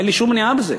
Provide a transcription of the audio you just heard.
אין שום מניעה בזה.